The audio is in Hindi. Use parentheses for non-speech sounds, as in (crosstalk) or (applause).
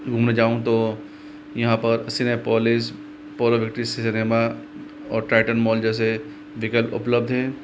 घुमने जाऊँ तो यहाँ पर सिनेपोलिस (unintelligible) सिनेमा और टाइटन मॉल जैसे दिग्गद उपलब्ध हैं